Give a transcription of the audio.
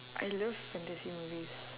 I love fantasy movies